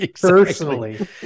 personally